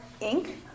ink